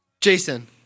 Jason